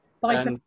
Bye